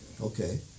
Okay